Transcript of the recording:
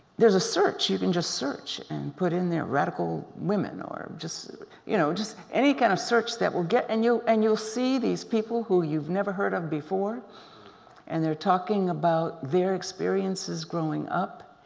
there's a search you can just search and put in there radical women or just you know just any kind of search that will get and you, and you'll see these people who you've never heard of before and they're talking about their experiences growing up.